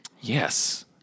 Yes